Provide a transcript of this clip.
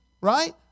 right